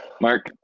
Mark